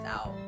out